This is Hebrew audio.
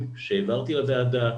המושג "הגעתם"